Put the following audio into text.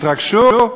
התרגשו?